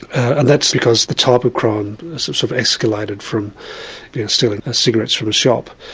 and that's because the type of crime sort of escalated from stealing cigarettes from a shop,